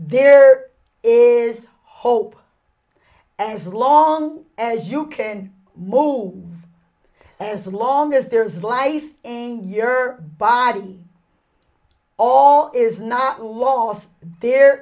there is hope as long as you can move as long as there is life in your body all is not lost the